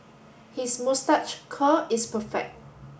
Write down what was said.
his moustache curl is perfect